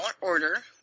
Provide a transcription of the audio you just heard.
order